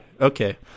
Okay